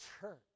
church